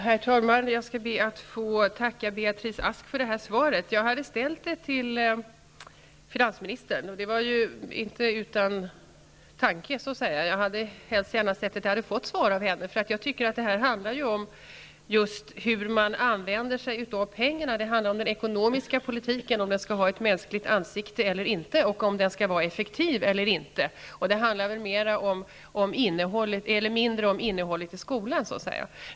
Herr talman! Jag skall be att få tacka Beatrice Ask för svaret. Jag hade ställt interpellationen till finansministern, och det var inte utan tanke. Jag hade mycket gärna sett att jag hade fått ett svar av finansministern, eftersom det här enligt min mening handlar om hur man använder sig av pengarna. Det handlar om den ekonomiska politiken, om den skall ha ett mänskligt ansikte eller inte och om den skall vara effektiv eller inte, och det handlar mindre om innehållet i skolan.